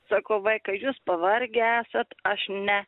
sakau vaikai jūs pavargę esat aš ne